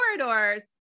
corridors